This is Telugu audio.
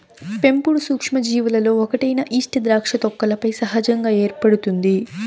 పెంపుడు సూక్ష్మజీవులలో ఒకటైన ఈస్ట్ ద్రాక్ష తొక్కలపై సహజంగా ఏర్పడుతుంది